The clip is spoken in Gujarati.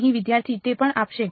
અહીં વિદ્યાર્થીઃ તે પણ આપશે